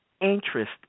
interest